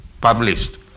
published